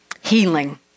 healing